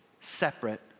separate